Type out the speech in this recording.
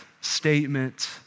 statement